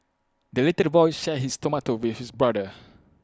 the little boy shared his tomato with his brother